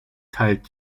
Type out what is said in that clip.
teilt